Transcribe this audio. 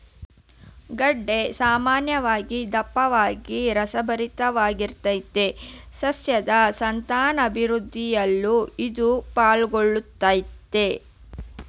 ಗೆಡ್ಡೆ ಸಾಮಾನ್ಯವಾಗಿ ದಪ್ಪವಾಗಿ ರಸಭರಿತವಾಗಿರ್ತದೆ ಸಸ್ಯದ್ ಸಂತಾನಾಭಿವೃದ್ಧಿಯಲ್ಲೂ ಇದು ಪಾಲುಗೊಳ್ಳುತ್ದೆ